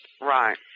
Right